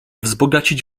wzbogacić